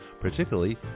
particularly